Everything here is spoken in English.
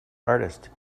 artist